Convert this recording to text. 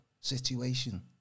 situation